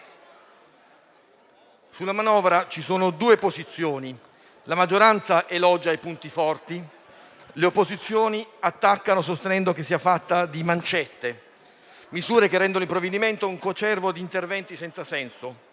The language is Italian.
sulla manovra ci sono due posizioni: la maggioranza elogia i punti forti, le opposizioni attaccano sostenendo che sia fatta di mancette, misure che rendono il provvedimento un coacervo di interventi senza senso.